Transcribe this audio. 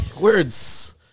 words